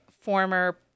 former